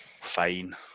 fine